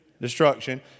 destruction